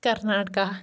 Karnataka